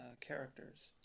Characters